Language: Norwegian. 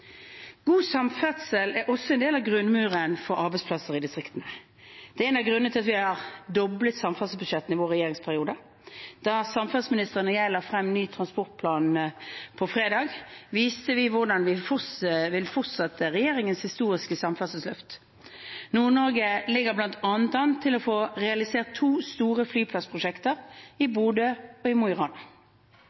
God samferdsel er også en del av grunnmuren for arbeidsplasser i distriktene. Det er en av grunnene til at vi har doblet samferdselsbudsjettene i vår regjeringsperiode. Da samferdselsministeren og jeg la frem ny nasjonal transportplan på fredag, viste vi hvordan vi vil fortsette regjeringens historiske samferdselsløft. Nord-Norge ligger bl.a. an til å få realisert to store flyplassprosjekter, i Bodø og i Mo i Rana.